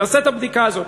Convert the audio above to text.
תעשה את הבדיקה הזאת.